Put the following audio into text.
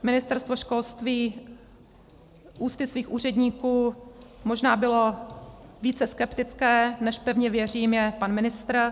Ministerstvo školství ústy svých úředníků možná bylo více skeptické, než, pevně věřím, je pan ministr.